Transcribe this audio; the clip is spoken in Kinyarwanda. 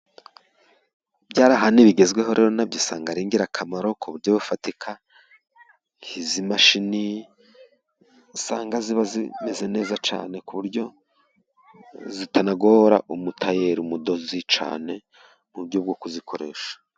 Ibyarahani bigezweho rero nabyo usanga ari ingirakamaro ku buryo bufatika, nk' izi mashini usanga ziba zimeze neza cyane ku buryo zitanagora umutayera ,umudozi cyane mu buryo bwo kuzikoresha.